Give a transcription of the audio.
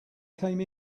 came